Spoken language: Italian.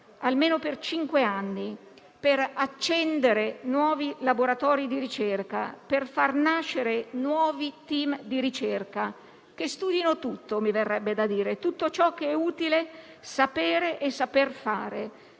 almeno per cinque anni, per accendere nuovi laboratori di ricerca, per far nascere nuovi *team* di ricerca che studino tutto - mi verrebbe da dire - tutto ciò che è utile sapere e saper fare,